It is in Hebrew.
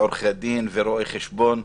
עורכי דין ורואי חשבון.